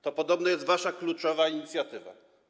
To podobno jest wasza kluczowa inicjatywa.